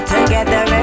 Together